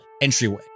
entryway